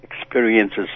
experiences